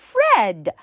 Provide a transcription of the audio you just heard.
Fred